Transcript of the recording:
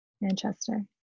Manchester